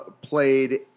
Played